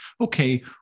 okay